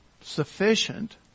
sufficient